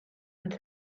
and